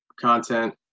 content